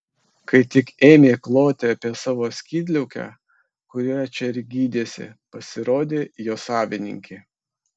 kai tik ėmė kloti apie savo skydliaukę kurią čia ir gydėsi pasirodė jo savininkė